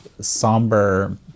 somber